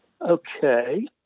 okay